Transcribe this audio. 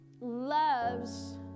loves